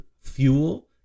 fuel